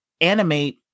animate